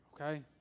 okay